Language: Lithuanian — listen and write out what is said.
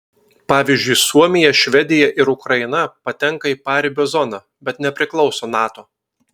pavyzdžiui suomija švedija ir ukraina patenka į paribio zoną bet nepriklauso nato